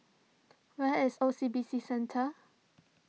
where is O C B C Centre